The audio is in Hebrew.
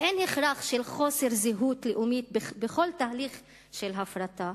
אין הכרח של חוסר זהות לאומית בכל תהליך של הפרטה,